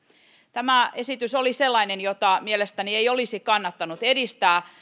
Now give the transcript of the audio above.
tämä esitys oli sellainen jota mielestäni ei olisi kannattanut edistää